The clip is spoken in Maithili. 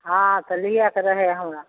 हँ तऽ लिएके रहै हमरा